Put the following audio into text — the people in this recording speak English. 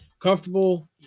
Comfortable